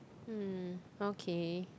!mm! okay